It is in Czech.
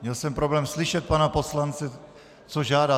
Měl jsem problém slyšet pana poslance, co žádá.